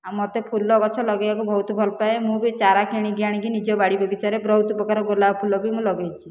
ଆଉ ମୋତେ ଫୁଲଗଛ ଲଗାଇବାକୁ ବହୁତ ଭଲପାଏ ମୁଁ ବି ଚାରା କିଣିକି ଆଣିକି ନିଜ ବାଡ଼ି ବଗିଚାରେ ବହୁତପ୍ରକାର ଗୋଲାପ ଫୁଲ ବି ମୁଁ ଲଗାଇଛି